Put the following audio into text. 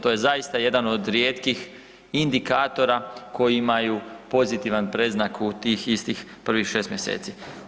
To je zaista jedan od rijetkih indikatora koji imaju pozitivan predznak u tih istih prvih 6 mjeseci.